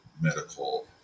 medical